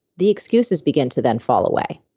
the excuses begin to then fall away.